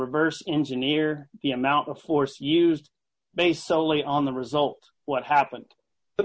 reverse engineer the amount of force used based solely on the result what happened but